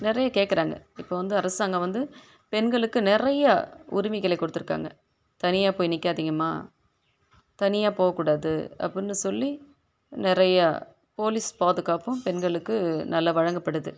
நிறைய கேட்கிறாங்க இப்போ வந்து அரசாங்கம் வந்து பெண்களுக்கு நிறையா உரிமைகளை கொடுத்துருக்காங்க தனியாக போய் நிற்காதீங்கம்மா தனியாக போககூடாது அப்படினு சொல்லி நிறையா போலீஸ் பாதுகாப்பும் பெண்களுக்கு நல்லா வழங்கப்படுது